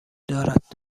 دارد